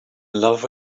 love